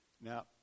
Now